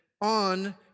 on